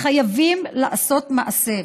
חייבים לעשות מעשה,